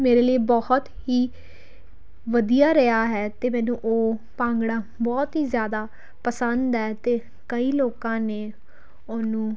ਮੇਰੇ ਲਈ ਬਹੁਤ ਹੀ ਵਧੀਆ ਰਿਹਾ ਹੈ ਅਤੇ ਮੈਨੂੰ ਉਹ ਭੰਗੜਾ ਬਹੁਤ ਹੀ ਜ਼ਿਆਦਾ ਪਸੰਦ ਹੈ ਅਤੇ ਕਈ ਲੋਕਾਂ ਨੇ ਉਹਨੂੰ